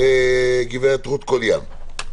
רות קוליאן.